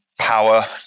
power